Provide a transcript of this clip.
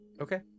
Okay